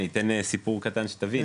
אני אספר סיפור קטן שתבין,